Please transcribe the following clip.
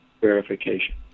verification